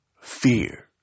fear